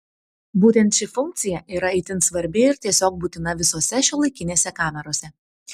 būtent ši funkcija yra itin svarbi ir tiesiog būtina visose šiuolaikinėse kamerose